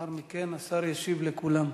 לאחר מכן השר ישיב לכולם.